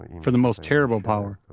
for the most terrible power.